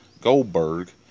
Goldberg